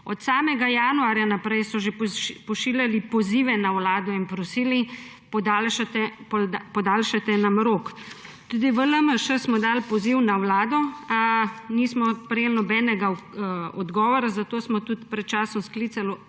Od januarja naprej so že pošiljali pozive na Vlado in prosili »podaljšajte nam rok«. Tudi v LMŠ smo dali poziv na Vlado, a nismo prejeli nobenega odgovora, zato smo pred časom tudi sklicali